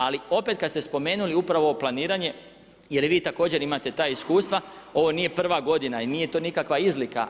Ali opet kad ste spomenuli upravo ovo planiranje jer vi također imate ta iskustva ovo nije prva godina i nije to nikakva izlika.